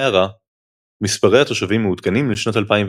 הערה מספרי התושבים מעודכנים לשנת 2020